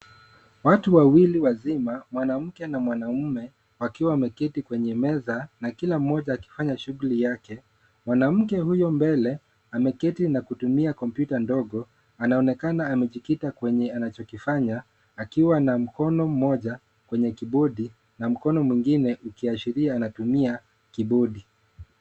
Watu wawili wazima, mwanamke na mwanaume wakiwa wameketi kwenye meza na kila mmoja akifanya shughuli yake. Mwanamke huyo mbele, ameketi na kutumia kompyuta ndogo. Anaonekana amejikita kwenye anachokifanya akiwa na mkono mmoja kwenye kibodi na mkono mwingine ukiashiria anatumia kibodi.